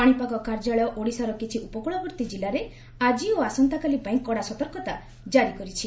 ପାଣିପାଗ କାର୍ଯ୍ୟାଳୟ ଓଡିଶାର କିଛି ଉପକୃଳବର୍ତ୍ତୀ ଜିଲ୍ଲାରେ ଆକି ଓ ଆସନ୍ତାକାଲି ପାଇଁ କଡା ସତର୍କତା ଜାରି କରିଛି